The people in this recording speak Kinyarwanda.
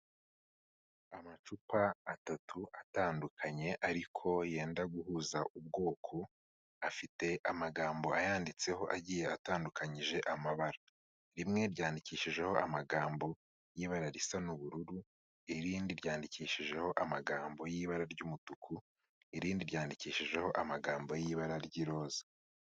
Amacupa atatu atandukanye ariko yenda guhuza ubwoko, afite amagambo ayanditseho agiye atandukanyije amabara. Rimwe ryandikishijeho amagambo y'ibara risa n'ubururu, irindi ryandikishijeho amagambo y'ibara ry'umutuku, irindi ryandikishijeho amagambo y'ibara ry'iroza.